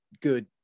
good